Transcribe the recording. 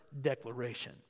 declaration